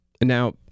Now